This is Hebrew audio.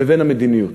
לבין המדיניות.